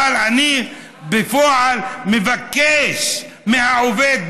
אבל אני בפועל מבקש מהעובד,